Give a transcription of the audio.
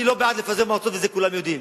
אני לא בעד לפזר מועצות, את זה כולם יודעים.